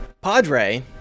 Padre